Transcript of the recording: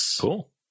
Cool